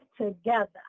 together